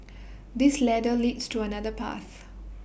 this ladder leads to another path